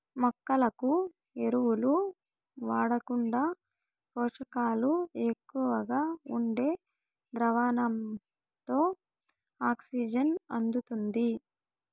మొక్కలకు ఎరువులు వాడకుండా పోషకాలు ఎక్కువగా ఉండే ద్రావణంతో ఆక్సిజన్ అందుతుంది